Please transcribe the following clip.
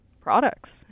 products